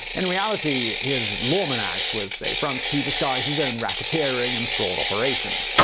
in reality, his lawman act was a front to disguise his own racketeering and fraud operations.